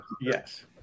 Yes